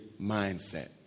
mindset